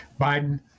Biden